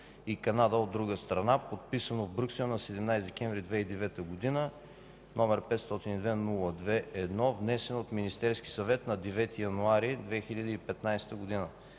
и Канада, от друга страна, подписано в Брюксел на 17 декември 2009 г., № 502-02-1, внесен от Министерския съвет на 9 януари 2015 г.